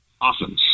Awesome